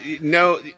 no